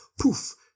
poof